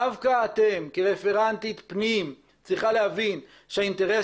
דווקא את כרפרנטית פנים צריכה להבין שהאינטרס